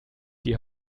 die